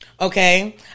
Okay